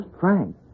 Frank